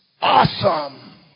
awesome